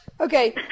Okay